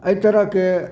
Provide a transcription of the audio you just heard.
एहि तरहके